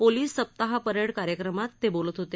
police सप्ताह parade कार्यक्रमात ते बोलत होते